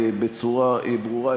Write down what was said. בצורה ברורה,